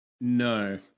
No